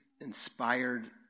inspired